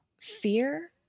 fear